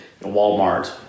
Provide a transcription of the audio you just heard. Walmart